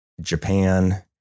Japan